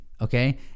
Okay